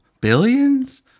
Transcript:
Billions